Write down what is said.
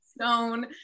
Stone